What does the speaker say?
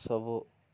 ସବୁ